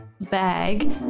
bag